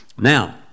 Now